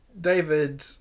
David